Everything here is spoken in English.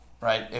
right